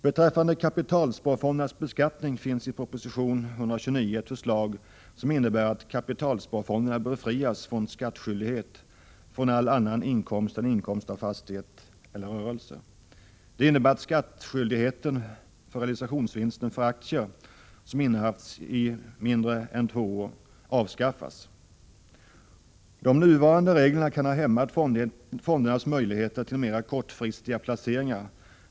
Beträffande kapitalsparfondernas beskattning finns i proposition 1929 ett förslag som innebär att kapitalsparfonderna befrias från skattskyldighet för all annan inkomst än för inkomst av fastighet eller rörelse. Det innebär att skattskyldigheten beträffande realisationsvinsten för aktier som innehafts i mindre än två år avskaffas. De nuvarande reglerna kan ha hämmat fonderna när det gäller deras möjligheter till mer kortfristiga placeringar.